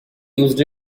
used